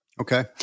Okay